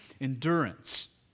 endurance